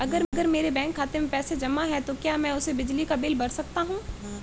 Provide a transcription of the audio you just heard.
अगर मेरे बैंक खाते में पैसे जमा है तो क्या मैं उसे बिजली का बिल भर सकता हूं?